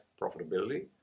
profitability